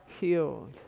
healed